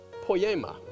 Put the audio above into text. poema